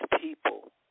people